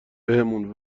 بهمون